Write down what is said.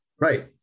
Right